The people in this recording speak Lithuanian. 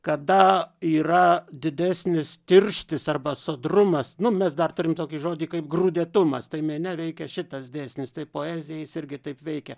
kada yra didesnis tirštis arba sodrumas nu mes dar turim tokį žodį kaip grūdėtumas tai mane veikia šitas dėsnis tai poeziją jis irgi taip veikia